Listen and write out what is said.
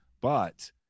But-